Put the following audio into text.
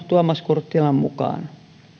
tuomas kurttilan mukaan